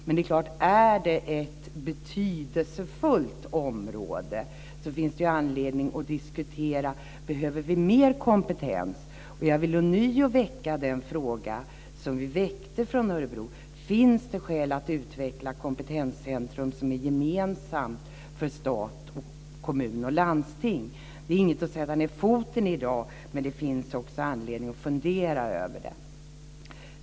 Men det är klart; är det ett betydelsefullt område finns det anledning att diskutera det här. Behöver vi mer kompetens? Jag vill ånyo väcka den fråga som vi tog upp från Örebro: Finns det skäl att utveckla ett kompetenscentrum som är gemensamt för stat, kommuner och landsting? Det är inget att sätta ned foten för i dag, men det finns anledning att fundera över det.